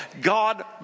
God